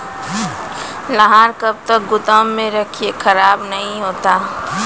लहार कब तक गुदाम मे रखिए खराब नहीं होता?